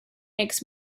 makes